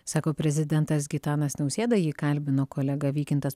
sako prezidentas gitanas nausėda jį kalbino kolega vykintas